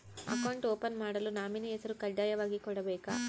Account open ಮಾಡಲು nominee ಹೆಸರು ಕಡ್ಡಾಯವಾಗಿ ಕೊಡಬೇಕಾ?